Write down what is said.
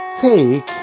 take